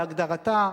בהגדרתה,